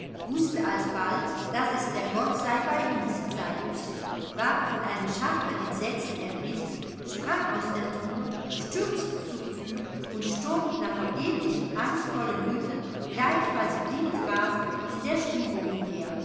wußte alsbald daß es der gottseibeiuns sein müsse ward von einem scharfen entsetzen ergriffen sprang aus der truhe stürzte zur tür und stob nach vergeblichem angstvollen rütteln gleichfalls blindrasend in der stube umher